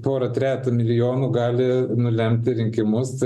pora trejetą milijonų gali nulemti rinkimus